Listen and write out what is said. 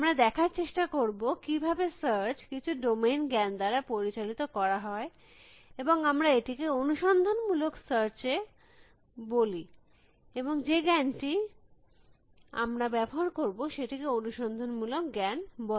আমরা দেখার চেষ্টা করব কিভাবে সার্চ কিছু ডোমেইনজ্ঞান দ্বারা পরিচালিত করা হয় এবং আমরা এটিকে অনুসন্ধান মূলক সার্চ বলি এবং যে জ্ঞানটি আমরা ব্যবহার করব সেটিকে অনুসন্ধান মূলক জ্ঞান বলে